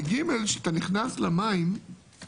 וגימ"ל, כשאתה נכנס למים אז